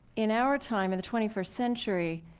in our time in the twenty first century,